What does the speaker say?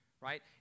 right